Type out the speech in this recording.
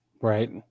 Right